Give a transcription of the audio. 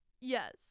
Yes